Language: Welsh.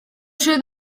sydd